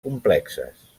complexes